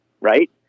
right